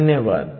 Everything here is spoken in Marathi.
धन्यवाद